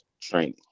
training